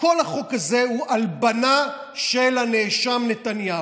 הוא הלבנה של הנאשם נתניהו.